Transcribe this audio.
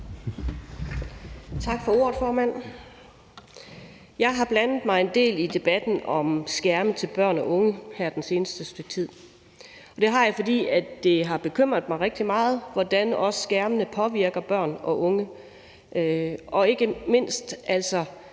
Tak for ordet, formand. Jeg har blandet mig en del i debatten om skærme til børn og unge her det seneste stykke tid, og det har jeg, fordi det har bekymret mig rigtig meget, hvordan skærmene også påvirker børn og unge, og ikke mindst,